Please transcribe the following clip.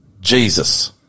Jesus